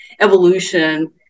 evolution